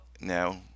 now